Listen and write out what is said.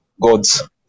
gods